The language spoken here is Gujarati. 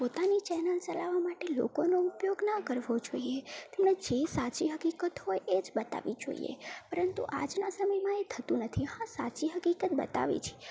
પોતાની ચેનલ ચલાવવા માટે લોકોનો ઉપયોગ ના કરવો જોઈએ અને જે સાચી હકીકત હોય એ જ બતાવી જોઈએ પરંતુ આજના સમયમાં એ થતું નથી હા સાચી હકીકત બતાવે છે